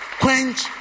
quench